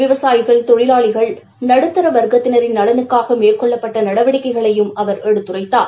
விவசாயிகள் தொழிலாளிகள் நடுத்தர வர்க்கத்தினரின் நலனுக்காக மேற்கொள்ளப்பட்ட நடவடிக்கைகளையும் அவர் எடுத்துரைத்தார்